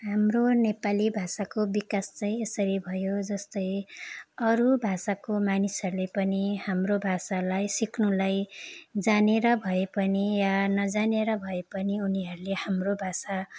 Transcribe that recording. हाम्रो नेपाली भाषाको विकास चाहिँ यसरी भयो जस्तै अरू भाषाको मानिसहरूले पनि हाम्रो भाषालाई सिक्नुलाई जानेर भए पनि या नजानेर भए पनि उनीहरूले हाम्रो भाषा